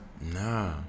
Nah